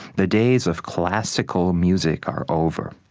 the days of classical music are over.